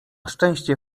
szczęście